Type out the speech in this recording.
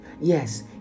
Yes